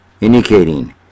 indicating